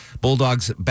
Bulldogs